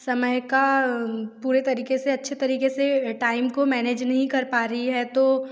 समय का पूरे तरीक़े से अच्छे तरीक़े से टाइम को मैनेज नहीं कर पा रही हैं तो